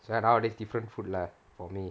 so nowadays different food lah for me